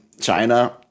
China